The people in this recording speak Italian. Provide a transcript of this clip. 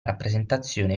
rappresentazione